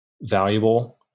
valuable